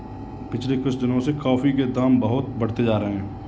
पिछले कुछ दिनों से कॉफी के दाम बहुत बढ़ते जा रहे है